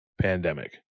pandemic